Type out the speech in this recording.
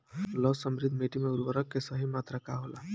लौह समृद्ध मिट्टी में उर्वरक के सही मात्रा का होला?